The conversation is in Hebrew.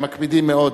הם מקפידים מאוד,